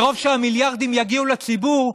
מרוב שהמיליארדים יגיעו לציבור,